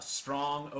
strong